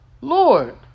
Lord